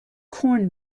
corn